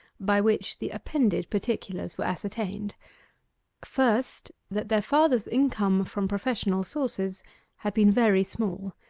by which the appended particulars were ascertained first, that their father's income from professional sources had been very small,